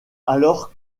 alors